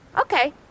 Okay